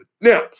Now